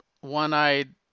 one-eyed